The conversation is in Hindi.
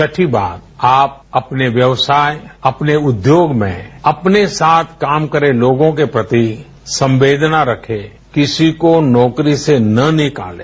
छठी बात आप अपने व्यवसाय अपने उद्योग में अपने साथ काम कर रहे लोगों के प्रति संवेदना रखें किसी को नौकरी से न निकालें